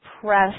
press